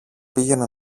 πήγαινε